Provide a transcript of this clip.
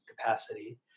capacity